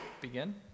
Begin